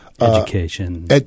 education